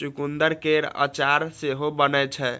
चुकंदर केर अचार सेहो बनै छै